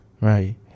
Right